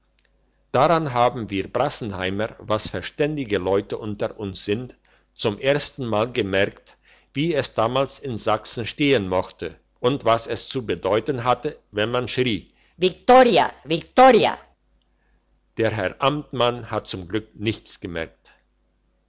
daran haben wir brassenheimer was verständige leute unter uns sind zum ersten mal gemerkt wie es damals in sachsen stehen mochte und was es zu bedeuten hatte wenn man schrie viktoria viktoria der herr amtmann hat zum glück nichts gemerkt